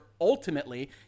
ultimately